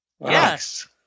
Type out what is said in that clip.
Yes